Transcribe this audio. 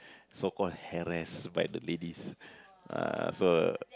so called harassed by the ladies ah so